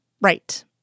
Right